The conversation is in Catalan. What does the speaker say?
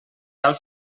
cal